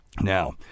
Now